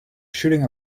shooting